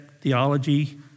theology